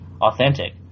authentic